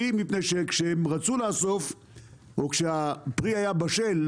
מפני שכשהם רצו לאסוף או כשהפרי היה בשל,